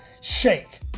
shake